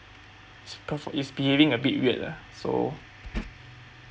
is behaving a bit weird uh so